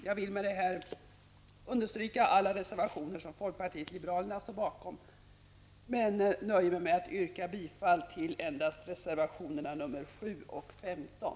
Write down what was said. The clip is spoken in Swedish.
Jag vill med detta understryka alla reservationer som folkpartiet liberalerna står bakom, men nöjer mig med att yrka bifall endast till reservationerna nr 7 och 15.